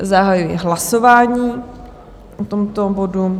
Zahajuji hlasování o tomto bodu.